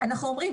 אנחנו אומרים,